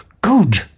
Good